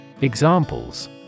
Examples